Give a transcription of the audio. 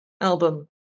album